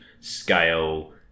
scale